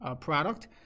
product